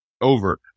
over